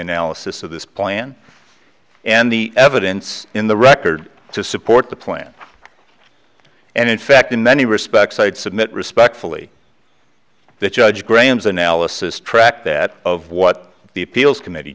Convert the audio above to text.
analysis of this plan and the evidence in the record to support the plan and in fact in many respects i would submit respectfully that judge graham's analysis track that of what the appeals committee